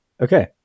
Okay